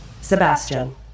Sebastian